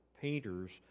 painters